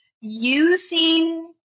using